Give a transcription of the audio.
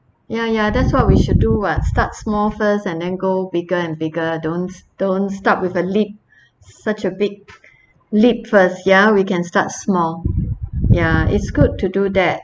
ya ya that's what we should do [what] start small first and then go bigger and bigger don't don't start with a leap such a big leap first ya we can start small ya it's good to do that